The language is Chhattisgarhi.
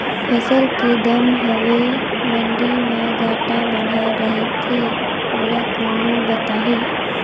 फसल के दम हवे मंडी मा घाट बढ़ा रथे ओला कोन बताही?